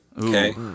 okay